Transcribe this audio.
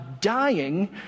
dying